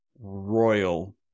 royal